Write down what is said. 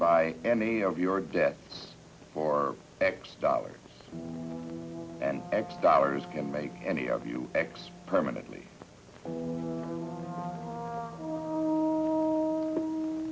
buy any of your debt for x dollars and x dollars can make any of you x permanently o